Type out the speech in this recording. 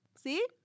see